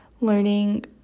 learning